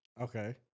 Okay